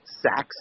sacks